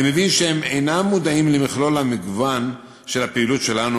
אני מבין שהם אינם מודעים למכלול המגוון של הפעילות שלנו,